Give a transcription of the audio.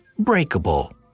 Breakable